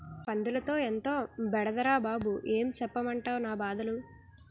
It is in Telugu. పందులతో ఎంతో బెడదరా బాబూ ఏం సెప్పమంటవ్ నా బాధలు